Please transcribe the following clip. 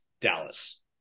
Dallas